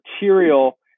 material